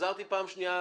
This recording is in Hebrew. חזרתי פעם שנייה,